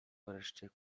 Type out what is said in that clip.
wreszcie